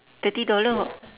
thirty dollar or